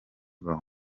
maze